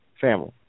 family